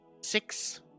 six